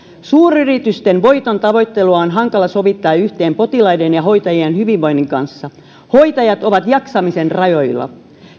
suuryritysten voitontavoittelua on hankala sovittaa yhteen potilaiden ja hoitajien hyvinvoinnin kanssa hoitajat ovat jaksamisensa rajoilla